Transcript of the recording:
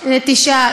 לתשעה.